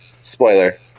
Spoiler